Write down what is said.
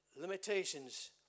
limitations